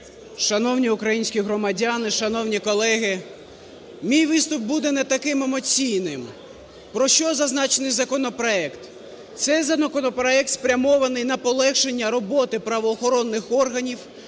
Шановні українські громадяни! Шановні колеги! Мій виступ буде не таким емоційним. Про що зазначений законопроект? Цей законопроект спрямований на полегшення роботи правоохоронних органів,